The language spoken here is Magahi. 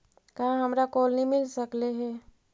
का हमरा कोलनी मिल सकले हे?